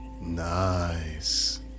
Nice